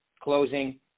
Closing